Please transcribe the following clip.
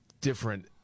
different